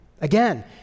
Again